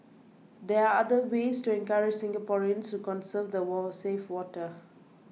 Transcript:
there are other ways to encourage Singaporeans to conserve the war and save water